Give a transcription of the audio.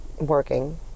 working